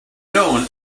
known